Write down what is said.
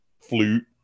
flute